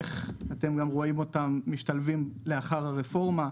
איך אתם גם רואים אותם משתלבים לאחר הרפורמה,